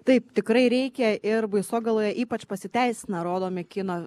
taip tikrai reikia ir baisogaloj ypač pasiteisina rodomi kino